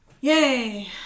Yay